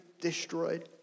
destroyed